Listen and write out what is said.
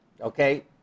okay